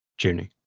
Junie